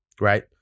right